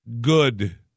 good